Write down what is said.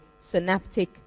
synaptic